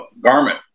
garment